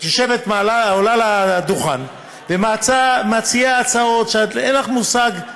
את עולה לדוכן ומציעה הצעות שאין לך מושג,